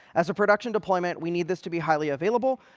as a production deployment, we need this to be highly available.